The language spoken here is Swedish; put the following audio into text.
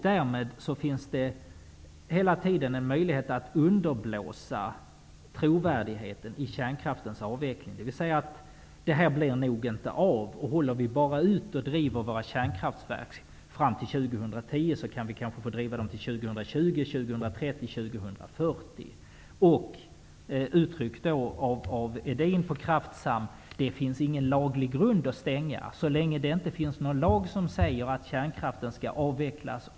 Därmed finns det hela tiden en möjlighet att underblåsa misstro i fråga om kärnkraftens avveckling. Den blir nog inte av, anses det på sina håll, och håller vi bara ut och driver våra kärnkraftverk fram till 2010, kanske vi får driva dem till 2020, 2030 eller 2040. Edin på Kraftsam har uttryckt det så att det finns ingen laglig grund att stänga så länge det inte finns någon lag som säger att kärnkraften skall avvecklas.